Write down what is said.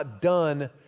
done